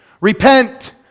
Repent